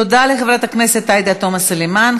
תודה לחברת הכנסת עאידה תומא סלימאן.